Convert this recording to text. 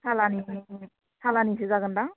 सालानि सालानिसो जागोन दां